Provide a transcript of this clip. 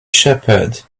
shepherd